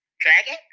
Dragon